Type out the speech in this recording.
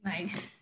Nice